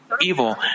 evil